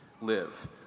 live